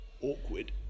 awkward